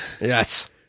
Yes